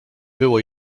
było